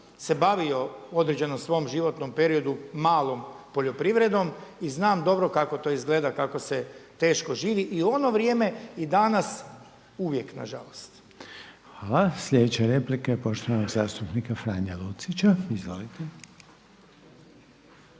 se bavio u određenom svom životom periodu malom poljoprivredom i znam dobro kako to izgleda kako se teško živi i u ono vrijeme i danas uvijek, nažalost. **Reiner, Željko (HDZ)** Hvala. Sljedeća replika je poštovanog zastupnika Franje Lucića. **Lucić,